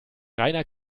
reiner